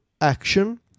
action